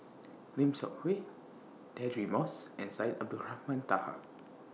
Lim Seok Hui Deirdre Moss and Syed Abdulrahman Taha